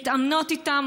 מתאמנות איתם,